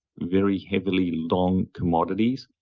very heavily long commodities,